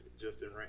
Justin